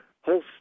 whole